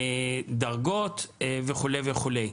דרגות וכולי וכולי.